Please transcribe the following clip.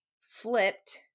flipped